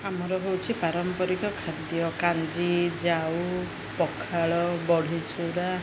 ଆମର ହେଉଛି ପାରମ୍ପରିକ ଖାଦ୍ୟ କାଞ୍ଜି ଜାଉ ପଖାଳ ବଡ଼ିଚୁରା